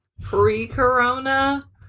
pre-corona